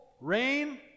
rain